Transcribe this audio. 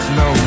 no